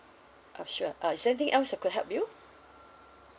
ah sure uh is there anything else I could help you